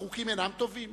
החוקים אינם טובים?